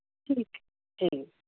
ٹھیک ٹھیک